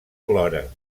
plora